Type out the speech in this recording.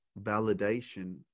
validation